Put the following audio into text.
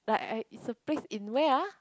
like I it's a place in where ah